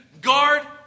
guard